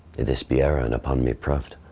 if this be error and upon me prov'd,